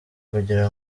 kugira